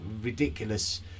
ridiculous